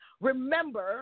remember